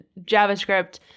JavaScript